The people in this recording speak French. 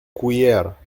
cuillère